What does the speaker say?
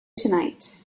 tonight